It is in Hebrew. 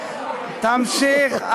תמשיך,